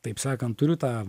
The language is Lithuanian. taip sakant turiu tą